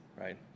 right